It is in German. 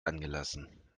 angelassen